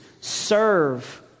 serve